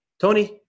Tony